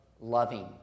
loving